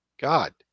God